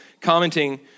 commenting